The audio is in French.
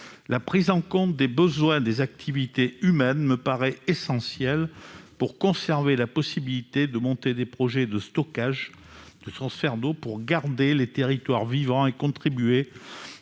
la prise en compte des besoins des activités humaines me paraît essentiel pour conserver la possibilité de monter des projets de stockage de transferts d'eau pour garder les territoires vivant et contribuer